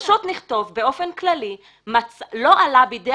פשוט נכתוב באופן כללי שלא עלה בידי